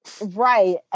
right